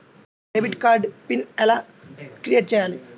Debit card pin ఎలా create చెయ్యాలి?